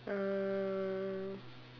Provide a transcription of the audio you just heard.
uh